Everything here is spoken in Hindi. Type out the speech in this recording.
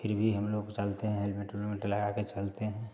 फिर भी हम लोग चलते हैं हेलमेट ओलमेट लगा के चलते हैं